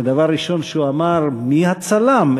הדבר הראשון שהוא אמר: מי הצלם?